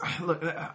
Look